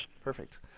Perfect